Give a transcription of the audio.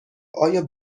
آیا